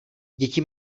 děti